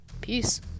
Peace